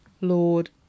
Lord